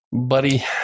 Buddy